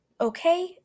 Okay